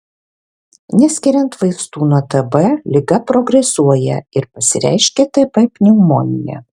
neskiriant vaistų nuo tb liga progresuoja ir pasireiškia tb pneumonija